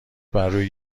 برروی